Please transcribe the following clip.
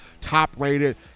top-rated